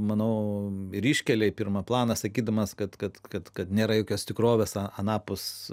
manau kryžkelėj pirmą planą sakydamas kad kad kad kad nėra jokios tikrovės anapus